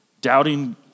Doubting